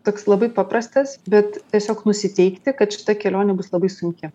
toks labai paprastas bet tiesiog nusiteikti kad šita kelionė bus labai sunki